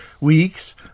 weeks